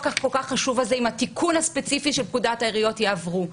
הכל-כך חשוב הזה עם התיקון הספציפי של פקודת העיריות יעברו.